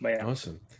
awesome